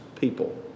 people